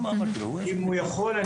אם הוא יכול.